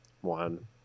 one